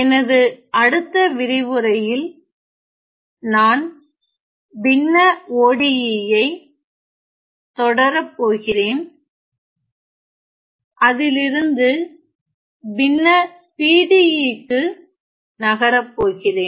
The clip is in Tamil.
எனது அடுத்த விரிவுரையில் நான் பின்ன ODE யை தொடர போகிறேன் அதில்இருந்து பின்ன PDE க்கு நகரப்போகிறேன்